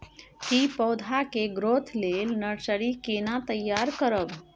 की पौधा के ग्रोथ लेल नर्सरी केना तैयार करब?